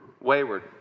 wayward